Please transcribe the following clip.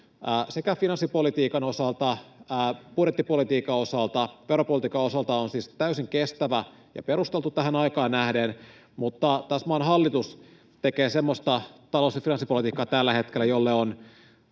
sekä finanssipolitiikan osalta, budjettipolitiikan osalta että veropolitiikan osalta on siis täysin kestävä ja perusteltu tähän aikaan nähden, mutta taas maan hallitus tekee tällä hetkellä semmoista talous- ja finanssipolitiikkaa, mille on